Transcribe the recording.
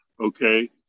okay